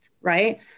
right